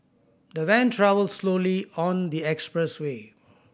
the van travelled slowly on the expressway